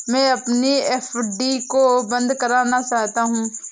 मैं अपनी एफ.डी को बंद करना चाहता हूँ